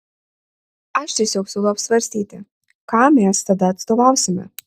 aš tiesiog siūlau apsvarstyti kam mes tada atstovausime